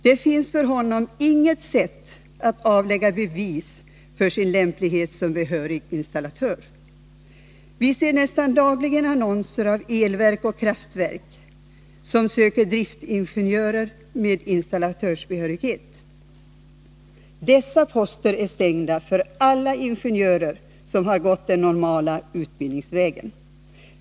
Det finns för honom inget sätt att avlägga bevis för sin lämplighet som behörig installatör. Vi ser nästan dagligen annonser från elverk och kraftverk, som söker driftsingenjörer med installatörsbehörighet. Dessa poster är stängda för alla ingenjörer, som har gått den normala utbildningsvägen.